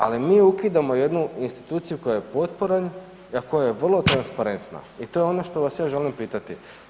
Ali mi ukidamo jednu instituciju koja je potporanj, a koja je vrlo transparentna i to je ono što vas ja želim pitati.